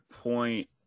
point